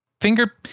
finger